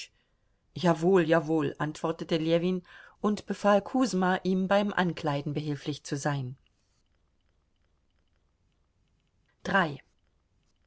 jawohl jawohl antwortete ljewin und befahl kusma ihm beim ankleiden behilflich zu sein